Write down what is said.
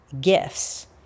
gifts